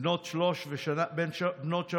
בנות שלוש ושנה וחצי,